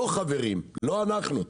לא, חברים, לא אנחנו.